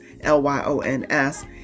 L-Y-O-N-S